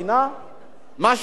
מה שדובריה מבינים,